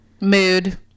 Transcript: Mood